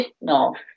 No